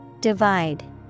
Divide